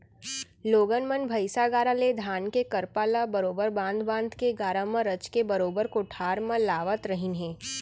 लोगन मन भईसा गाड़ा ले धान के करपा ल बरोबर बांध बांध के गाड़ा म रचके बरोबर कोठार म लावत रहिन हें